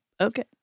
okay